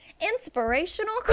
Inspirational